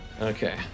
Okay